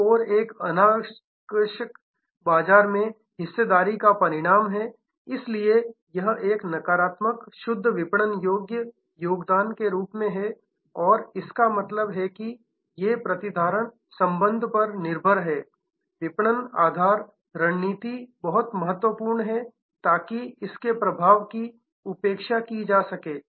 M4 एक अनाकर्षक बाजार में हिस्सेदारी का परिणाम है इसलिए यह एक नकारात्मक शुद्ध विपणन योगदान के रूप में है और इसका मतलब है कि ये जो प्रतिधारण संबंध पर निर्भर हैं विपणन आधार रणनीति बहुत महत्वपूर्ण है ताकि इसके प्रभाव की उपेक्षा की जा सके